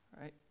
right